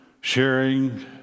sharing